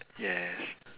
yes